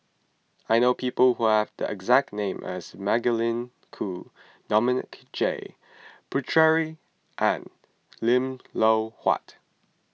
I know people who have the exact name as Magdalene Khoo Dominic J Puthucheary and Lim Loh Huat